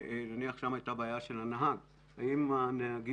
שם הייתה בעיה של הנהג האם נהגי